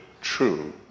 true